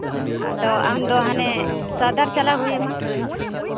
ᱟᱫᱚ ᱟᱢᱫᱚ ᱦᱟᱱᱮ ᱥᱟᱣᱫᱟᱨ ᱪᱟᱞᱟᱣ ᱦᱩᱭ ᱮᱱᱟ